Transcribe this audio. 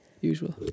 usual